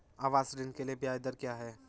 आवास ऋण के लिए ब्याज दर क्या हैं?